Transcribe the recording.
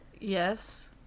Yes